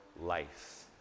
life